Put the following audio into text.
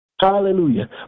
Hallelujah